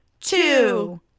two